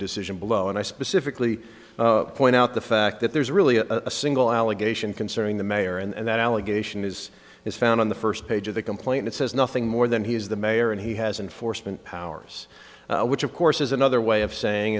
decision below and i specifically point out the fact that there's really a single allegation concerning the mayor and that allegation is is found on the first page of the complaint it says nothing more than he is the mayor and he has an foresman powers which of course is another way of saying